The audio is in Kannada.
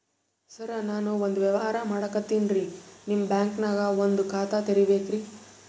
ಸರ ನಾನು ಒಂದು ವ್ಯವಹಾರ ಮಾಡಕತಿನ್ರಿ, ನಿಮ್ ಬ್ಯಾಂಕನಗ ಒಂದು ಖಾತ ತೆರಿಬೇಕ್ರಿ?